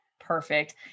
perfect